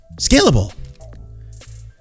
scalable